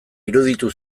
iruditu